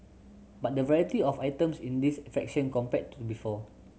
but the variety of items in this fraction compared to before